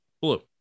Blue